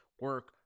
Work